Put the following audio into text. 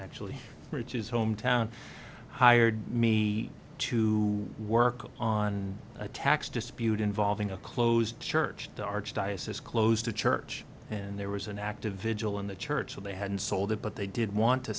actually reaches home town hired me to work on a tax dispute involving a closed church the archdiocese closed the church and there was an active vigil in the church so they hadn't sold it but they did want to